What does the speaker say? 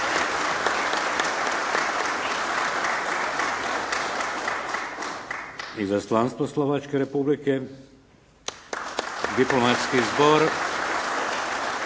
izaslanstvo Slovačke Republike, Diplomatski zbor